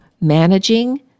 managing